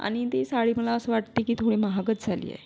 आणि ती साडी मला असं वाटते की थोडी महागच झाली आहे